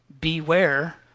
beware